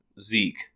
Zeke